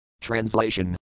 Translation